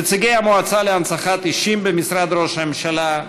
נציגי המועצה להנצחת אישים במשרד ראש הממשלה,